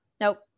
Nope